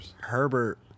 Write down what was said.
Herbert